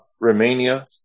Romania